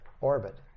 orbit